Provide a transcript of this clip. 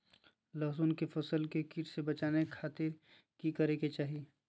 लहसुन के फसल के कीट से बचावे खातिर की करे के चाही?